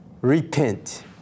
repent